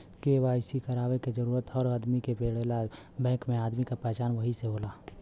KYC करवाये क जरूरत हर आदमी के पड़ेला बैंक में आदमी क पहचान वही से होला